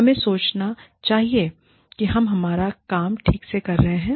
हमें सोचना चाहिए कि हम हमारा काम ठीक से कर रहे हैं